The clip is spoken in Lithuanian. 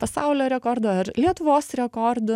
pasaulio rekordu ar lietuvos rekordu